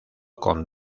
con